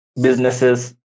businesses